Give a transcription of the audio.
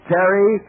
Terry